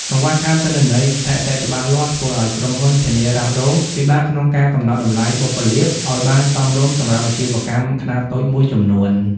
កង្វះខាតទិន្នន័យស្ថិតិច្បាស់លាស់ ធ្វើឱ្យក្រុមហ៊ុនធានារ៉ាប់រងពិបាកក្នុងការកំណត់តម្លៃបុព្វលាភ ឱ្យបានសមរម្យសម្រាប់អាជីវកម្មខ្នាតតូចមួយចំនួន។